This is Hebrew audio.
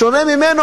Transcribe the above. בשונה ממנו,